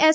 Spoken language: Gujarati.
એસ